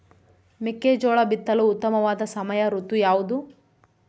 ಮೆಕ್ಕೆಜೋಳ ಬಿತ್ತಲು ಉತ್ತಮವಾದ ಸಮಯ ಋತು ಯಾವುದು?